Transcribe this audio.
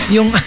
Yung